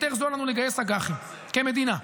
יותר זול לנו לגייס אג"חים, כמדינה.